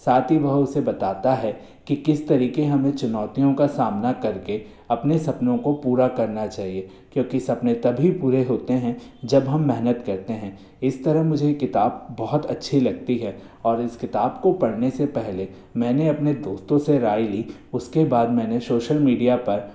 सात ही वह उसे बताता है कि किस तरीक़े हमें चुनौतियों का सामना कर के अपने सपनों को पूरा करना चहिए क्योंकि सपने तभी पूरे होते हैं जब हम मेहनत करते हैं इस तरह मुझे ये किताब बहुत अच्छी लगती है और इस किताब को पढ़ने से पहले मैंने अपने दोस्तों से राय ली उसके बाद मैंने शोशल मीडिया पर